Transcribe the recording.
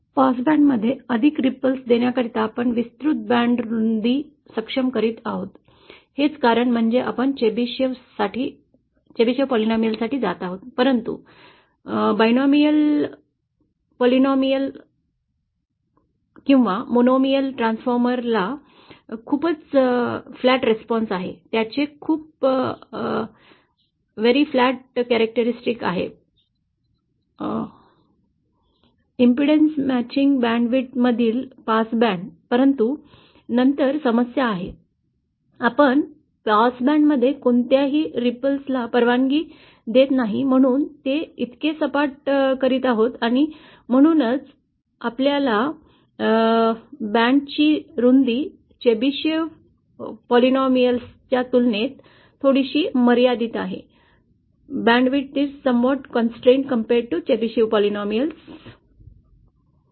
pass बँडमध्ये अधिक तरंग देण्याकरिता आपण विस्तृत बँड रुंदी सक्षम करीत आहोत हेच कारण म्हणजे आपण चेबेशिव्ह बहुपदीय साठी जात आहोत परंतु द्विपद बहुपद किंवा मोनोमियल ट्रान्सफॉर्मरला खूपच सपाट प्रतिसाद आहे त्याचे खूप सपाट वैशिष्ट्य आहे impedance मॅचिंग बँड रुंदीमधील पास बँड परंतु नंतर समस्या आहे आपण पास बॅन्डमध्ये कोणत्याही लहरी ला परवानगी देत नाही म्हणून ते इतके सपाट करीत आहोत आणि म्हणूनच आपल्याबँडची रुंदी चेब्शेव बहुवार्षिकच्या तुलनेत थोडीशी मर्यादित आहे